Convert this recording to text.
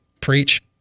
Preach